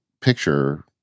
picture